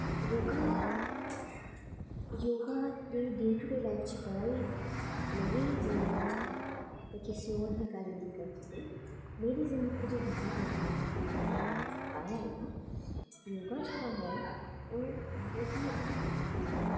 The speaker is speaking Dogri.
योगा दे लाईफ च बड़ा ही मेरी जिन्दगी च में किसे होर दी गल्ल नी करदी पेई मेरी जिन्दगी बिच्च बौह्त ही प्रभाव आया ऐ एह्दा योगा ओह् मतलव कि